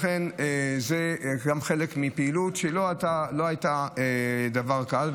לכן, זה גם חלק מפעילות שלא הייתה דבר קל.